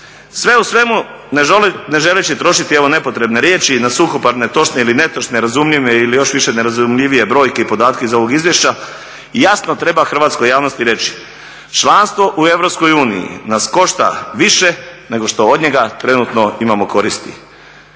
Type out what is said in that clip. Sve u svemu ne želeći trošiti evo nepotrebne riječi na suhoparne točne ili netočne, razumljive ili još više nerazumljivije brojke i podatke iz ovog izvješća jasno treba hrvatskoj javnosti reći članstvo u EU nas košta više nego što od njega trenutno imao koristi.